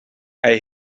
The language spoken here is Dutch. hij